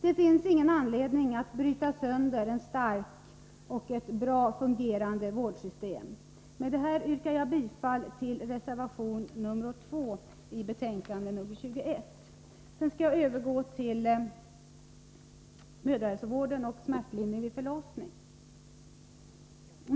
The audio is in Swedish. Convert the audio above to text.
Det finns dock ingen anledning att bryta sönder ett starkt och väl fungerande vårdsystem. Med detta yrkar jag bifall till reservation 2 i socialutskottets betänkande 21. Sedan något om mödrahälsovården och smärtlindring vid förlossning.